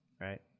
right